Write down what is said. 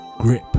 grip